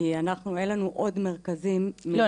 כי לנו אין עוד מרכזים מלבד --- לא,